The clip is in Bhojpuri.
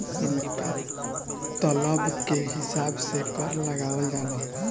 उनका तलब के हिसाब से कर लगावल जाला